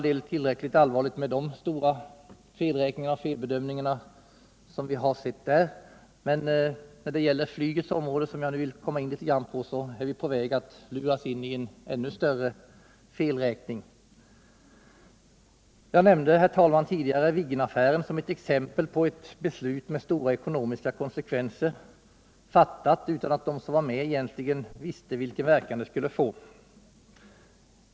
De stora felräkningar och felbedömningar som gjorts där är ullräckligt allvarliga, men på flygets område, som jag nu skall komma in litet på, är vi på väg att luras in i en ännu större felräkning. Jag nämnde, herr talman, tidigare Viggenaffären som ett exempel på ett beslut med stora ekonomiska konsekvenser, fattat utan att de som var med egentligen visste vilken verkan det skulle få.